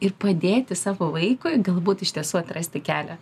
ir padėti savo vaikui galbūt iš tiesų atrasti kelią